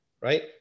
right